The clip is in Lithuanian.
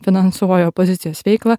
finansuoja opozicijos veiklą